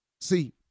See